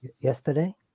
yesterday